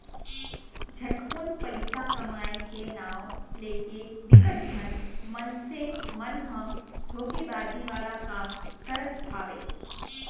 झटकुन पइसा कमाए के नांव लेके बिकट झन मनसे मन ह धोखेबाजी वाला काम करत हावय